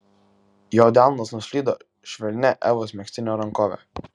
jo delnas nuslydo švelnia evos megztinio rankove